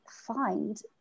find